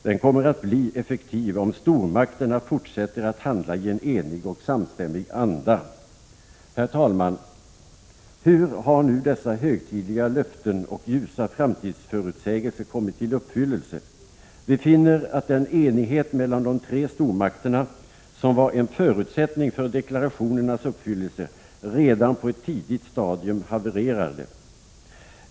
Den kommer att bli effektiv om stormakterna fortsätter att handla i en enig och samstämmig anda. Herr talman! Hur har nu dessa högtidliga löften och ljusa framtidsförutsägelser kommit till uppfyllelse? Vi finner att den enighet mellan de tre stormakterna, som var en förutsättning för deklarationernas uppfyllelse, redan på ett tidigt stadium havererade.